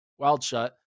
Wildshut